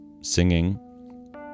singing